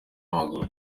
w’amaguru